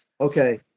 Okay